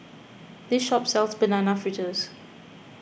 this shop sells Banana Fritters